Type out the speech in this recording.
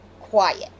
quiet